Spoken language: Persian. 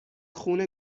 خون